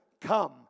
come